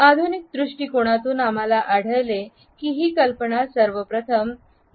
आधुनिक दृष्टीकोनातून आम्हाला आढळले की ही कल्पना सर्व प्रथम ई